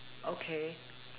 okay